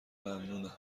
ممنونم